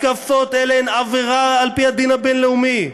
התקפות אלה הן עבירה על-פי הדין הבין-לאומי".